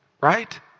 right